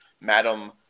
Madam